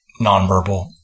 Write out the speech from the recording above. nonverbal